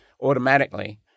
automatically